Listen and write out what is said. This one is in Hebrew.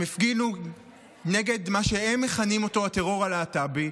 הם הפגינו נגד מה שהם מכנים אותו הטרור הלהט"בי,